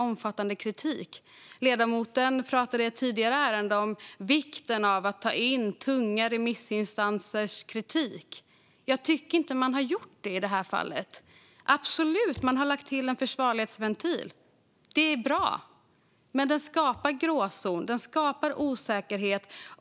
Ledamoten pratade i ett tidigare ärende om vikten av att ta in tunga remissinstansers kritik. Jag tycker inte att man har gjort det i detta fall. Man har lagt till en försvarlighetsventil - absolut - och det är bra. Men detta skapar en gråzon och en osäkerhet.